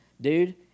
dude